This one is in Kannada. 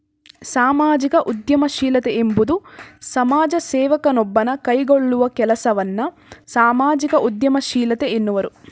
ಸಾಮಾಜಿಕ ಉದ್ಯಮಶೀಲತೆ ಎಂಬುವುದು ಸಮಾಜ ಸೇವಕ ನೊಬ್ಬನು ಕೈಗೊಳ್ಳುವ ಕೆಲಸವನ್ನ ಸಾಮಾಜಿಕ ಉದ್ಯಮಶೀಲತೆ ಎನ್ನುವರು